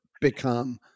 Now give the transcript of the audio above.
become